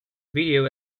video